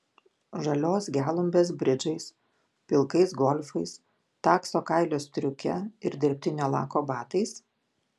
žalios gelumbės bridžais pilkais golfais takso kailio striuke ir dirbtinio lako batais